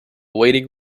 waiting